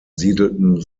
siedelten